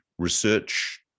research